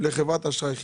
לחברת אשראי חיצונית.